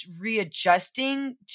readjusting